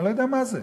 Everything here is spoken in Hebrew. אני לא יודע מה זה.